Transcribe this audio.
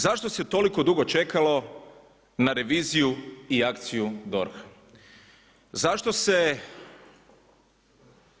Zašto se toliko dugo čekalo na reviziju i akciju DORH-a?